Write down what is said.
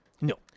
No